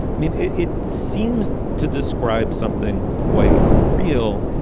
i mean, it seems to describe something quite real.